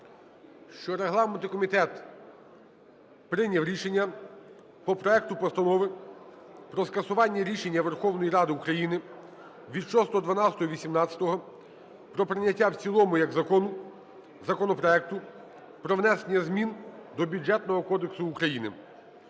що регламентний комітет прийняв рішення по проекту Постанови про скасування рішення Верховної Ради України від 06.12.2018 про прийняття в цілому як закону законопроекту про внесення змін до Бюджетного кодексу України